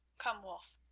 come, wulf,